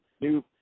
new